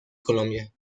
colombia